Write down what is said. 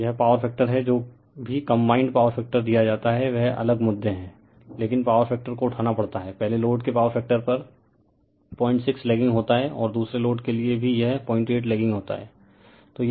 तो यह power factor है जो भी कंबाइंड पॉवर फैक्टर दिया जाता है वह अलग मुद्दे है लेकिन पॉवर फैक्टर को उठाना पड़ता है पहले लोड के पॉवर फैक्टर पर 06 लैगिंग होता है और दूसरे लोड के लिए भी यह 08 लैगिंग होता है